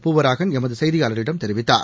பூவராகன் எமதுசெய்தியாளரிடம் தெரிவித்தார்